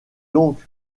donc